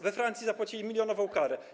We Francji zapłacili milionową karę.